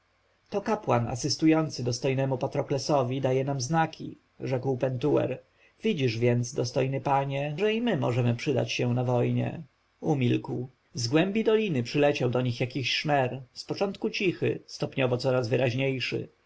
to kapłan asystujący dostojnemu patroklesowi daje nam znaki odrzekł pentuer widzisz więc dostojny panie że i my możemy przydać się na wojnie umilkł z głębi doliny przyleciał do nich szmer z początku cichy stopniowo coraz wyraźniejszy